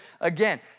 again